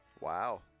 Wow